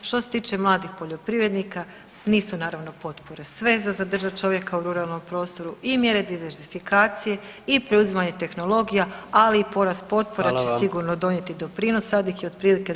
Što se tiče mladih poljoprivrednika nisu naravno potpore sve za zadržat čovjeka u ruralnom prostoru i mjere diserfizikacije i preuzimanje tehnologija, ali i porast potpore će sigurno donijeti doprinos, sad ih je otprilike 23…